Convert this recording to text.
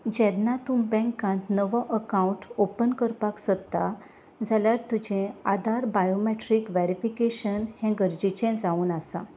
जेन्ना तूं बँकांत नवो अकावंट ओपन करपाक सोदता जाल्यार तुजें आदार बायोमेट्रीक व वेरीफिकेशन हें गरजेचें जावन आसा